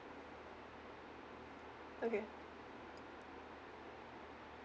okay